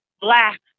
black